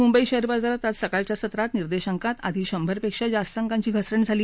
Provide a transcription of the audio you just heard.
Mumbai share बाजारात आज सकाळच्या सत्रात निर्देशांकात आधी शंभर पेक्षा जास्त अंकांची घसरण झाली